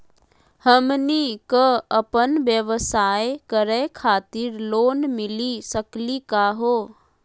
हमनी क अपन व्यवसाय करै खातिर लोन मिली सकली का हो?